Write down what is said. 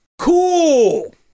Cool